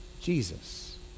Jesus